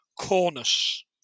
Cornus